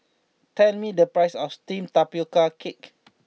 tell me the price of Steamed Tapioca Cake